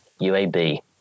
UAB